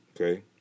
okay